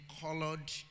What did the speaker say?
colored